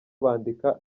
bandika